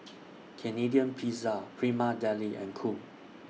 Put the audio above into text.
Canadian Pizza Prima Deli and Cool